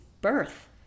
Birth